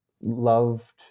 loved